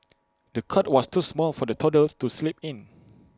the cot was too small for the toddler to sleep in